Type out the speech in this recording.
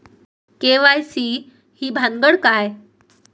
KYC ही भानगड काय?